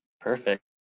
Perfect